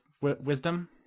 wisdom